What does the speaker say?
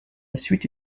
suite